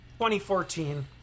2014